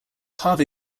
harvey